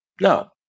No